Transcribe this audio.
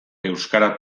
euskara